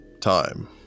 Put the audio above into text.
time